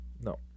No